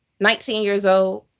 nineteen years old.